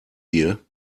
wir